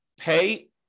pay